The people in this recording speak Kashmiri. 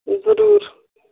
ضروٗر